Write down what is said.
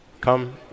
Come